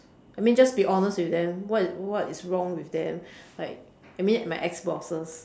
I mean just be honest with them what is what is wrong with them like I mean my ex bosses